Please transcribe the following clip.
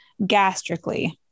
gastrically